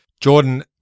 Jordan